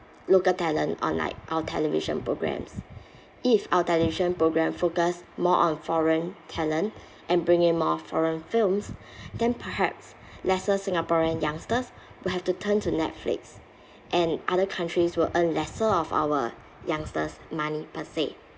local talent on like our television programmes if our television programme focused more on foreign talent and bring in more foreign films then perhaps lesser singaporean youngsters will have to turn to netflix and other countries will earn lesser of our youngsters' money per se